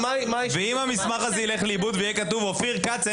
ואם המסמך הזה ילך לאיבוד ויהיה כתוב אופיר כץ,